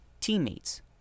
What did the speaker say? teammates